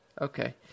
Okay